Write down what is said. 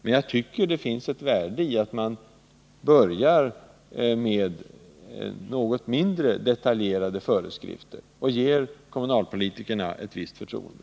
Men jag tycker det finns ett värde i att man börjar med något mindre detaljerade föreskrifter och ger kommunalpolitikerna ett visst förtroende.